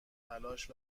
تلاش